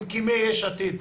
ממקימי יש עתיד,